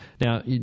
Now